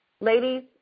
Ladies